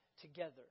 together